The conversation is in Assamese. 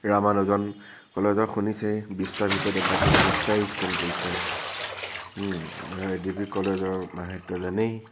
ৰামানুজন কলেজৰ শুনিছেই বিছটাৰ ভিতৰত এইবাৰতো ঊনৈছটায়ে ষ্টেণ্ড কৰিছে ডি বি কলেজৰ মাহাত্য় জানেই